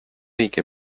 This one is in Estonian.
õige